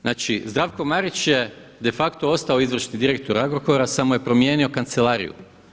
Znači, Zdravko Marić je de facto ostao izvršni direktor Agrokora samo je promijenio kancelariju.